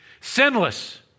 sinless